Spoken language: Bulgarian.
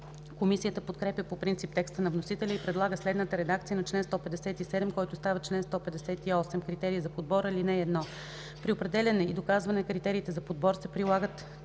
Комисията подкрепя по принцип текста на вносителя и предлага следната редакция на чл. 157, който става чл. 158: „Критерии за подбор Чл. 158. (1) При определяне и доказване на критериите за подбор се прилагат